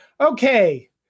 Okay